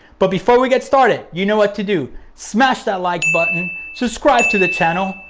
but before we get started, you know what to do. smash that like button, subscribe to the channel,